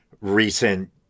recent